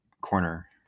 corner